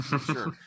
Sure